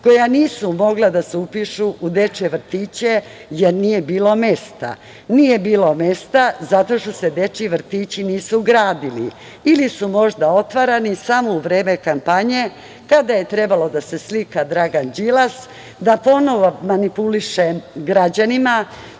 koja nisu mogla da se upišu u dečije vrtiće, jer nije bilo mesta. Nije bilo mesta zato što se dečiji vrtići nisu gradili ili su možda otvarani samo u vreme kampanje, kada je trebalo da se slika Dragan Đilas da ponovo manipuliše građanima,